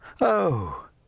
Oh